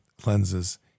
cleanses